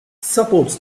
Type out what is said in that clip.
supports